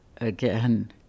again